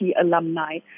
alumni